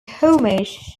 homage